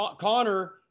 Connor